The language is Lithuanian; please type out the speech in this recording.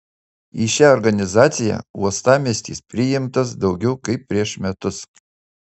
į šią organizaciją uostamiestis priimtas daugiau kaip prieš metus